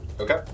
Okay